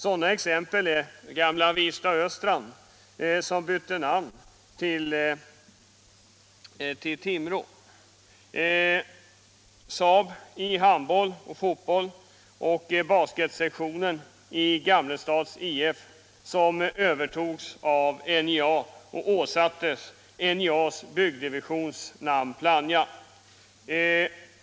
Sådana exempel är SAAB i handboll och fotboll och basketsektionen i Gamlestads IF, som övertogs av NJA och åsattes NJA:s byggdivisions namn Plannja.